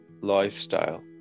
lifestyle